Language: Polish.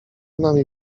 nami